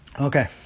Okay